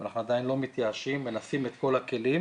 אבל אנחנו עדיין לא מתייאשים, מנסים את כל הכלים.